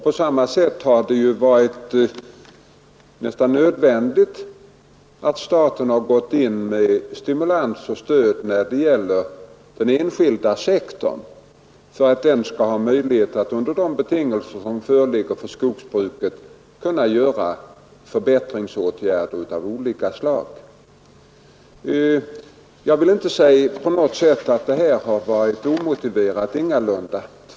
På samma sätt har det varit nästan nödvändigt att staten satt in stimulans och stöd till den enskilda sektorn för att ge den möjligheter att, under de betingelser som föreligger för skogsbruket, vidta förbättringsåtgärder av olika slag. Jag vill inte säga att detta på något sätt har varit omotiverat; det har det ingalunda varit.